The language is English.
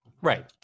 Right